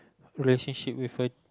relationship with her